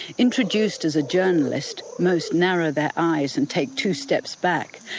introduced as a journalist, most narrow their eyes and take two steps back.